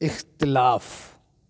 इख़्तिलाफ़ु